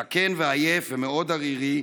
זקן ועייף ומאוד ערירי,